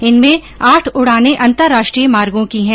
इनमें आठ उड़ानें अंतरराष्ट्रीय मार्गों की हैं